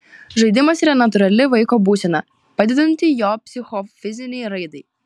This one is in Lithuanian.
žaidimas yra natūrali vaiko būsena padedanti jo psichofizinei raidai